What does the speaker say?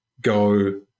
go